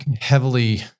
heavily